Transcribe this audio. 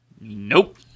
Nope